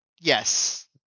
yes